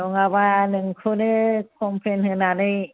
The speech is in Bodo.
नङाबा नोंखौनो कमप्लेन होनानै